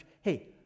Hey